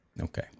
Okay